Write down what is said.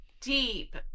deep